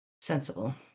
sensible